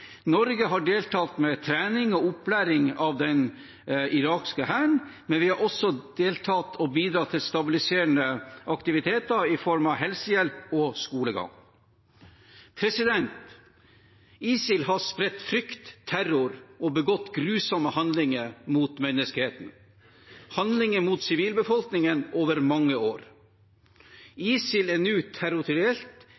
Norge har deltatt med trening og opplæring av den irakiske hæren, men vi har også deltatt i og bidratt til stabiliserende aktiviteter i form av helsehjelp og skolegang. ISIL har spredt frykt og terror og begått grusomme handlinger mot menneskeheten – handlinger mot sivilbefolkningen over mange år.